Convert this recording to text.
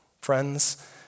Friends